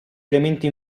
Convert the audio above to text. elementi